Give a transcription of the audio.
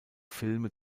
filme